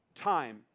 time